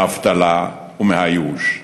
מהאבטלה ומהייאוש.